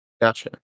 gotcha